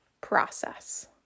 process